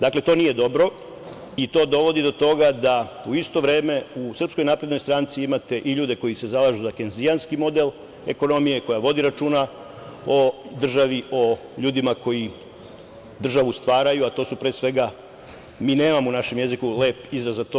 Dakle, to nije dobro i to dovodi do toga da u isto vreme u SNS imate i ljude koji se zalažu za kejnzijanski model ekonomije koja vodi računa o državi, o ljudima koji državu stvaraju, a mi nemamo u našem jeziku lep izraz za to.